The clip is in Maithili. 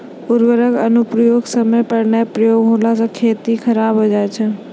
उर्वरक अनुप्रयोग समय पर नाय प्रयोग होला से खेती खराब हो जाय छै